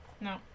no